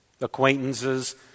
acquaintances